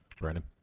Brandon